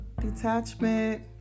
Detachment